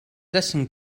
lessing